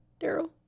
Daryl